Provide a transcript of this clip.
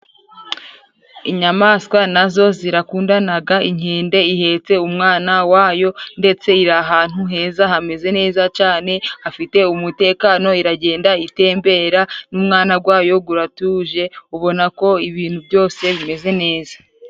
Inyamaswa nazo zirakundanaga, inkende ihetse umwana wayo, ndetse iri ahantu heza, hameze neza cyane, hafite umutekano, iragenda itembera, n'umwana gwayo gwuratuje, ubona ko ibintu byose bimeze neza.